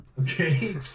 okay